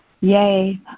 yay